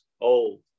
old